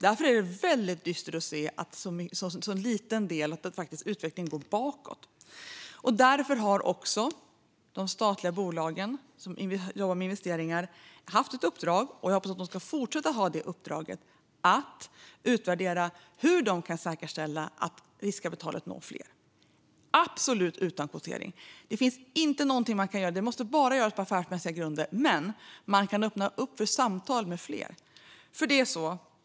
Därför är det dystert att se att utvecklingen går bakåt, och därför har också de statliga bolag som jobbar med investeringar haft ett uppdrag - och jag hoppas att de ska fortsätta att ha det uppdraget - att utvärdera hur de kan säkerställa att riskkapitalet når fler. Det ska ske absolut utan kvotering. Arbetet ska ske enbart på affärsmässiga grunder, men man kan öppna för samtal med fler.